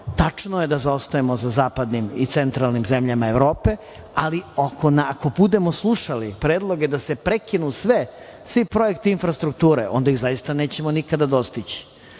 tačno je da zaostajemo za zapadnim i centralnim zemljama Evrope, ali ako budemo slušali predloge da se prekinu svi projekti infrastrukture, onda ih zaista nećemo nikada dostići. Takođe,